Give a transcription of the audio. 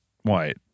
white